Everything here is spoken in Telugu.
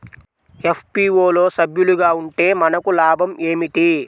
ఎఫ్.పీ.ఓ లో సభ్యులుగా ఉంటే మనకు లాభం ఏమిటి?